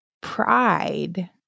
pride